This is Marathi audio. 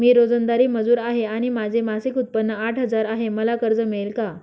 मी रोजंदारी मजूर आहे आणि माझे मासिक उत्त्पन्न आठ हजार आहे, मला कर्ज मिळेल का?